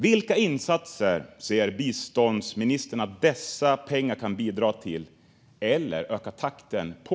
Vilka insatser ser biståndsministern att dessa pengar kan bidra till eller öka takten på?